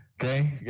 okay